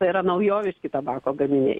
tai yra naujoviški tabako gaminiai